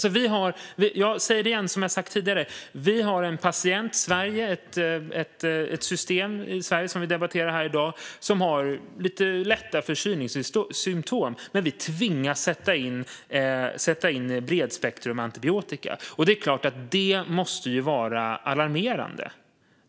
Jag säger igen det jag har sagt tidigare: Vi har en patient, Sverige, vars system vi debatterar här i dag och som har lite lätta förkylningssymtom. Men vi tvingas sätta in bredspektrumantibiotika. Det är klart att det måste ses som alarmerande.